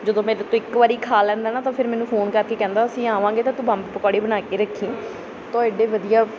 ਜਦੋਂ ਮੇਰੇ ਤੋਂ ਇੱਕ ਵਾਰੀ ਖਾ ਲੈਂਦਾ ਨਾ ਤਾਂ ਫਿਰ ਮੈਨੂੰ ਫੋਨ ਕਰਕੇ ਕਹਿੰਦਾ ਅਸੀਂ ਆਵਾਂਗੇ ਤਾਂ ਤੂੰ ਬੰਬ ਪਕੌੜੇ ਬਣਾ ਕੇ ਰੱਖੀਂ ਤਾਂ ਉਹ ਐਡੇ ਵਧੀਆ